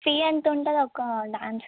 fee ఎంత ఉంటుంది అక్క డాన్స్